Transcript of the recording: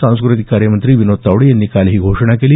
सांस्कृतिक कार्य मंत्री विनोद तावडे यांनी काल ही घोषणा केली